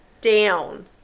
down